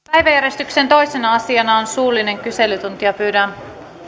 päiväjärjestyksen toisena asiana on suullinen kyselytunti pyydän